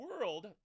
World